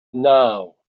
naw